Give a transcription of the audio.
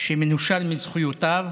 שמנושל מזכויותיו,